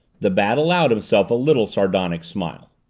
the bat allowed himself a little sardonic smile.